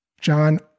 John